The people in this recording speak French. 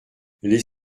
les